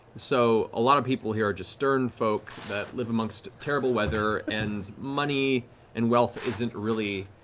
so a lot of people here are just stern folk that live amongst terrible weather and money and wealth isn't really